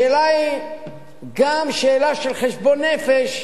השאלה היא גם שאלה של חשבון נפש,